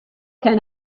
can